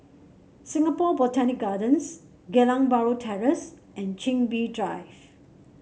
Singapore Botanic Gardens Geylang Bahru Terrace and Chin Bee Drive